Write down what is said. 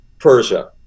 Persia